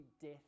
death